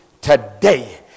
Today